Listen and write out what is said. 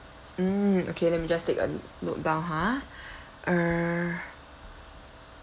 mm okay let me just take a note down ha err